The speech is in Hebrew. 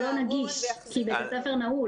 נכון, אבל הוא לא נגיש כי בית הספר נעול.